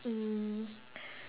mm